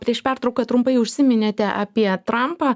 prieš pertrauką trumpai užsiminėte apie trampą